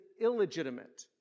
illegitimate